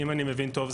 אם אני מבין טוב,